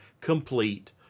complete